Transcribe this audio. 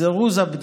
זירוז הבדיקות,